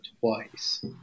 twice